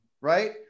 Right